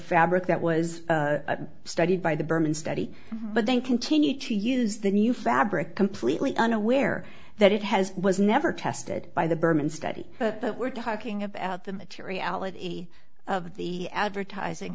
fabric that was studied by the berman study but they continue to use the new fabric completely unaware that it has was never tested by the berman study that we're talking about the materiality of the advertising